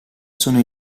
sono